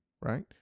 right